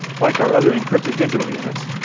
like our other encrypted digital units,